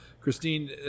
Christine